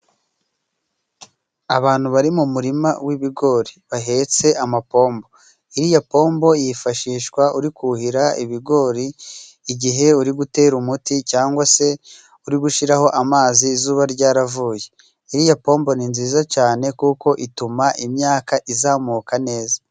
Abantu bari mu murima w'ibigori bahetse amapombo iriya pombo yifashishwa uri kuhira ibigori igihe uri gutera umuti cyangwa se uri gushiraho amazi izuba ryaravuye iriya pombo ni nziza cane kuko ituma imyaka izamuka neza.